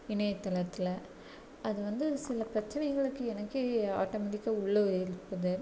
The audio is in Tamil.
இணையத்தளத்தில் அது வந்து சில பிரச்சனைகளுக்கு எனக்கே ஆட்டோமெட்டிக்கா உள்ள எழுப்புது